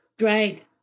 right